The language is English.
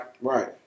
Right